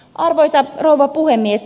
arvoisa rouva puhemies